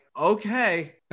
okay